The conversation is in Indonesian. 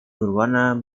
berwarna